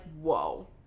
whoa